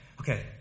Okay